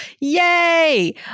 Yay